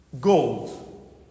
gold